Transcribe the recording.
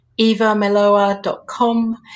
evameloa.com